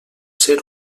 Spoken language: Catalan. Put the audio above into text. ser